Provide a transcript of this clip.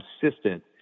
consistent